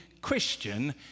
Christian